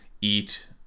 eat